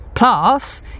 Plus